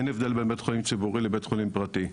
אין הבדל בין בית חולים ציבורי לבית חולים פרטי,